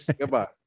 Goodbye